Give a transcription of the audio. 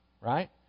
right